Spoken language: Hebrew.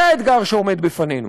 זה האתגר שעומד בפנינו.